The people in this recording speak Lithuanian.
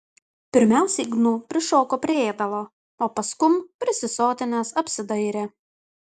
pirmiausiai gnu prišoko prie ėdalo o paskum prisisotinęs apsidairė